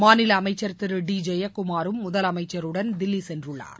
மாநில அமைச்சர் திரு டி ஜெயக்குமாரும் முதலமைச்சருடன் தில்லி சென்றுள்ளார்